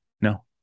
no